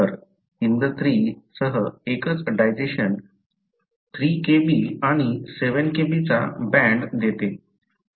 तर HindIII सह एकच डायजेशन 3Kb आणि 7Kb चा बँड देते